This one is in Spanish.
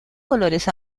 colores